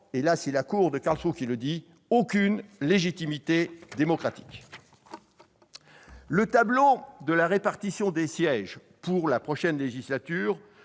qui, selon la Cour de Karlsruhe, n'a absolument aucune légitimité démocratique. Le tableau de la répartition des sièges pour la prochaine législature